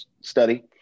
study